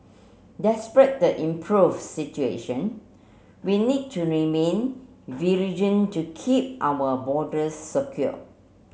despite the improve situation we need to remain to keep our borders secure